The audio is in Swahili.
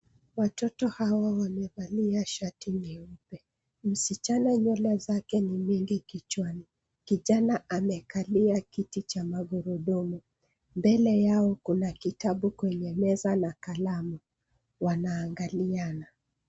Watoto hawa wamevalia shati nyeupe. Msichana nywele zake ni mingi kichwani, kijana amekalia kiti cha magurudumu. Mbele yao kuna kitabu kwenye meza na kalamu, wanaangaliana.